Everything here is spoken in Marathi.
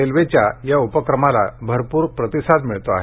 रेल्वेच्या या उपक्रमाला भरपूर प्रतिसाद मिळतो आहे